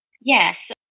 yes